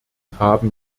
haben